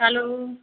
hello